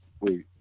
Wait